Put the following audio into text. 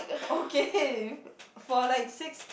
okay for like six